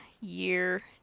year